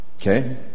Okay